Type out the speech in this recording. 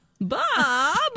Bob